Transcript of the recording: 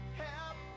help